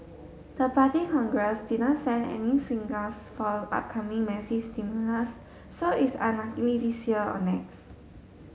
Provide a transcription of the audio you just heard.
the Party Congress didn't send any signals for upcoming massive stimulus so it's unlikely this year or next